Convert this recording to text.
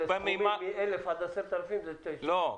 סכומים מ-1,000 שקלים עד 10,000 שקלים- -- לא,